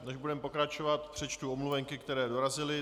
Než budeme pokračovat, přečtu omluvenky, které dorazily.